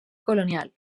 colonial